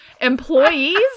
employees